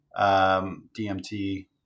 DMT